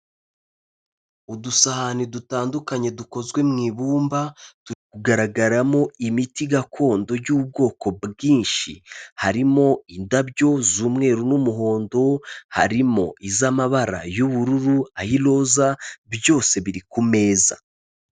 Udusahani dutandukanye dukozwe mu ibumba turagaragaramo imiti gakondo y'ubwoko bwinshi, harimo indabyo z'umweru n'umuhondo, harimo iz'amabara y'ubururu, ay'iroza byose biri ku meza.